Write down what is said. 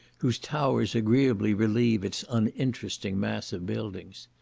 whose towers agreeably relieve its uninteresting mass of buildings.